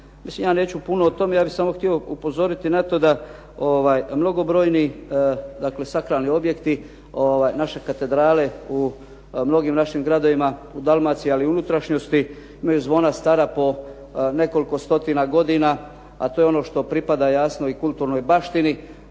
ja neću puno o tome, ja bih samo htio upozoriti na to da mnogobrojni dakle sakralni objekti naše katedrale u mnogim našim gradovima u Dalmaciji ali i u unutrašnjosti imaju zvona stara po nekoliko stotina godina a to je ono što pripada jasno i kulturnoj baštini